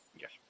Yes